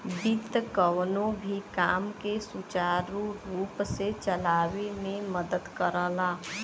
वित्त कउनो भी काम के सुचारू रूप से चलावे में मदद करला